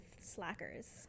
slackers